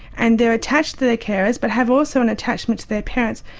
and they're attached to their carers, but have also an attachment to their parents?